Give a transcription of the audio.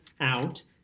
out